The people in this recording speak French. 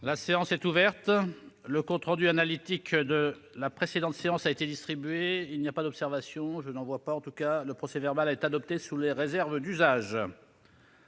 La séance est ouverte. Le compte rendu analytique de la précédente séance a été distribué. Il n'y a pas d'observation ?... Le procès-verbal est adopté sous les réserves d'usage.